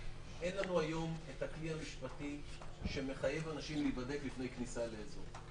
אין לנו היום את הכלי המשפטי שמחייב אנשים להיבדק לפני כניסה לאזור.